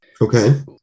Okay